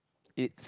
it